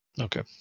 Okay